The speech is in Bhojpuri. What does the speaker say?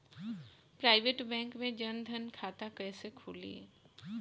प्राइवेट बैंक मे जन धन खाता कैसे खुली?